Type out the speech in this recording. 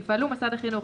יפעלו מוסד החינוך,